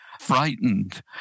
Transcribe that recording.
frightened